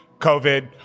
COVID